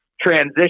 transition